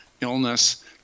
illness